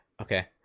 okay